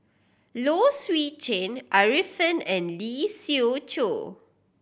Low Swee Chen Arifin and Lee Siew Choh